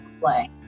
play